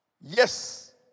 Yes